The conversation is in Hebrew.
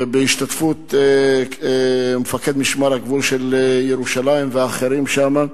בהשתתפות מפקד משמר הגבול של ירושלים והאחרים שם,